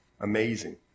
Amazing